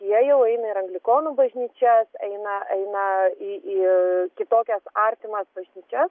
jie jau eina ir anglikonų bažnyčias eina eina į į kitokias artimas bažnyčias